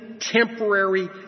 temporary